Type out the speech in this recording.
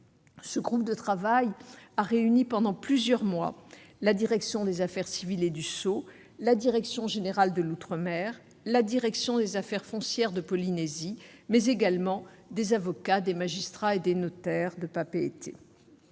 Ce groupe de travail a réuni pendant plusieurs mois des représentants de la direction des affaires civiles et du sceau, de la direction générale de l'outre-mer et de la direction des affaires foncières de Polynésie, mais également des magistrats, des avocats et des notaires de Papeete.